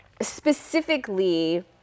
specifically